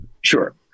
Sure